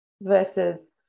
versus